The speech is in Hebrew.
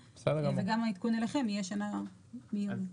וגם העדכון אליכם יהיה שנה מהיום הזה.